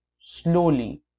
slowly